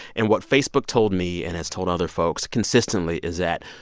and what facebook told me and has told other folks consistently is that,